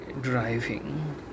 driving